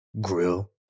Grill